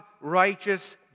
righteous